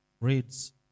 reads